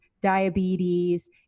diabetes